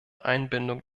einbindung